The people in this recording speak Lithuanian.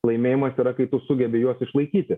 laimėjimas yra kai tu sugebi juos išlaikyti